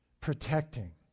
protecting